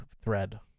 thread